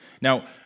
Now